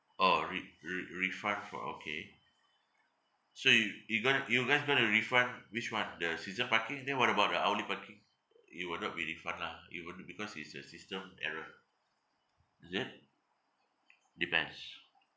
orh re~ re~ refund for okay so you you gon~ you guys going to refund which one the season parking then what about the hourly parking it will not be refund lah you wouldn't because it's the system error is it depends